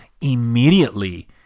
immediately